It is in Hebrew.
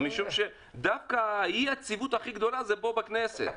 משום שדווקא אי היציבות הכי גדולה זה פה בכנסת,